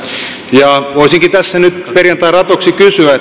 ja ulkomaalaiskysymyksissä voisinkin tässä nyt perjantain ratoksi kysyä